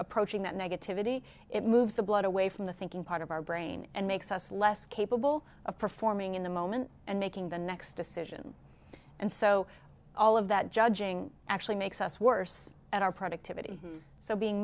approaching that negativity it moves the blood away from the thinking part of our brain and makes us less capable of performing in the moment and making the next decision and so all of that judging actually makes us worse at our productivity so being